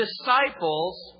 disciples